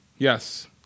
Yes